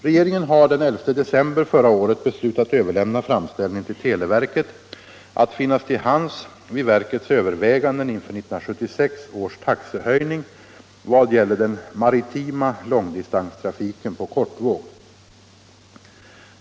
Regeringen har den 11 december förra året beslutat överlämna framställningen till televerket att finnas till hands vid verkets överväganden inför 1976 års taxehöjning i fråga om den maritima långdistanstrafiken på kortvåg.